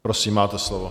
Prosím, máte slovo.